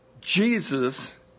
Jesus